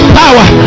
power